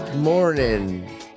morning